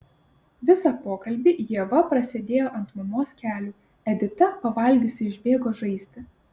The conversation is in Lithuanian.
visą pokalbį ieva prasėdėjo ant mamos kelių edita pavalgiusi išbėgo žaisti